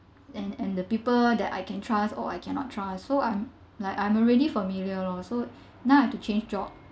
and and the people that I can trust or I cannot trust so um like I'm already familiar lor so now have to change job